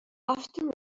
after